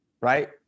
right